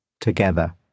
together